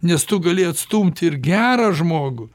nes tu gali atstumt ir gerą žmogų